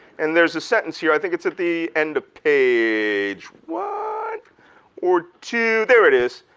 and there's a sentence here, i think it's at the end of page one or two, there it is.